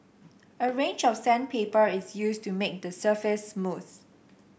a range of sandpaper is used to make the surface smooth